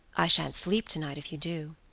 i shan't sleep tonight if you do.